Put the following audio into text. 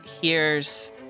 hears